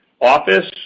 office